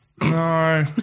No